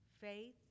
faith